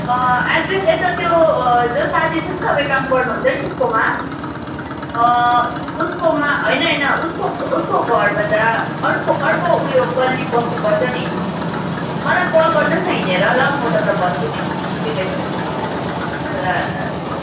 address यता त्यो जो साथी छ नि तपाईँ काम गर्नुहुन्छ नि जसकोमा उसकोमा होइन होइन उसको उसको घरभन्दा अग्लो अग्लो उयो गल्ली पस्नुपर्छ नि मलाई कल गर्नुहोस् न हिँडेर म तपाईँलाई भन्छु नि सुनिरहेछु ल ल हुन्छ